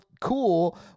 cool